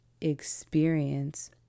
experience